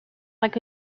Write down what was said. like